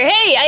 Hey